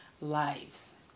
lives